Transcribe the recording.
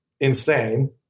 insane